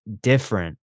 different